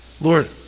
Lord